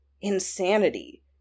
insanity